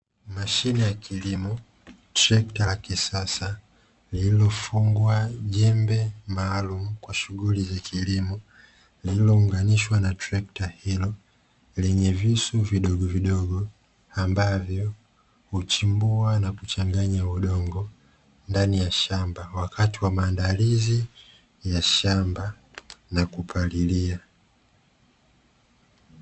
Mashine ya kilimo trekta la kisasa lililofungwa jembe maalumu kwa shughuli za kilimo, lililo unganishwa na trekta hilo lenye visu vidogo vidogo ambavyo huchimbua na kuchanganya udongo ndani ya shamba wakati wa maandalizi ya shamba na kupalilia.